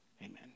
amen